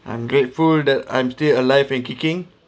I am grateful that I'm still alive and kicking